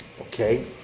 Okay